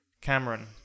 Cameron